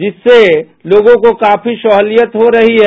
जिससे लोगों को काफी सहूलियत हो रही है